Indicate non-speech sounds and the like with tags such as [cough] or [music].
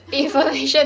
[laughs]